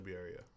area